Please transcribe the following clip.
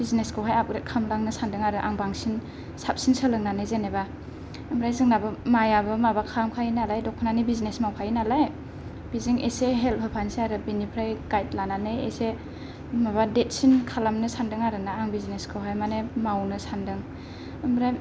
बिजिनेसखौहाय upgrade खालामलांनो सान्दों आरो आं बांसिन साबसिन सोलोंनानै जेनोबा ओमफ्राय जोंनाबो मायाबो माबा खालामखायो नालाय दख'नानि बिजिनेस मावखायो नालाय बेजों एसे हेल्प होफानोसै आरो बिनिफ्राय गाईड लानानै एसे माबा देदसिन खालामनो सान्दों आरो ना आं बिजिनेखौहाय मानि मावनो सान्दों ओमफ्राय